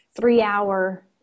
three-hour